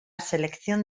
selección